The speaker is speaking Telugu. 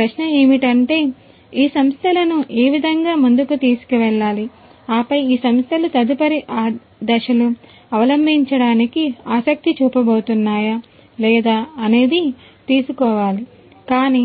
ప్రశ్న ఏమిటంటే ఈ సంస్థలను ఏ విధముగా ముందుకు తీసుకు వెళ్లాలి ఆపై ఈ సంస్థలు తదుపరి దశలు అవలంబించడానికి ఆసక్తి చూపబోతున్నాయా లేదా అనేది తెలుసుకోవాలి కానీ